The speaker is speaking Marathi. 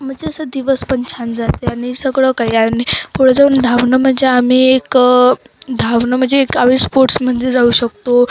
म्हणजे असं दिवस पण छान जाते आणि सगळं काही आणि पुढं जाऊन धावणं म्हणजे आम्ही एक धावणं म्हणजे एक आम्ही स्पोर्ट्समध्ये राहू शकतो